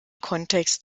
kontext